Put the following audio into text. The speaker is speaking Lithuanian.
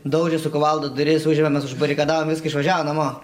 daužė su kuvalda duris užėmėm mes užbarikadavom viską išvažiavo namo